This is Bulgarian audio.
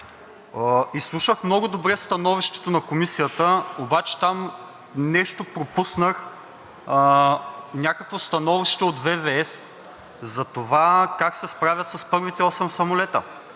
Изслушах много добре становището на Комисията, обаче там нещо пропуснах, някакво становище от ВВС за това как се справят с първите осем самолета.